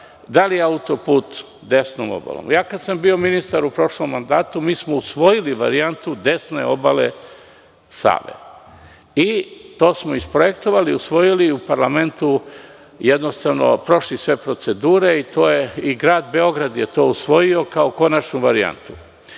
Da li da autoput ide desnom obalom? Dok sam bio ministar u prošlom mandatu, mi smo usvojili varijantu desne obale Save. To smo isprojektovali, usvojili i u parlamentu prošli sve procedure, grad Beograd je to usvojio kao konačnu varijantu.Međutim,